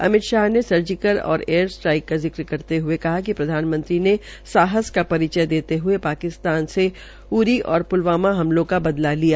अमित शाह ने सर्जिकल और air strike का जिक्र करते हये कहा कि प्रधानमंत्री ने साहस का परिचय देते हये पाकिस्तान मे उरी और पुलवामा हमलों का बदला लिया